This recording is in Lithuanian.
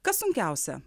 kas sunkiausia